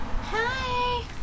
hi